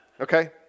okay